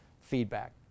feedback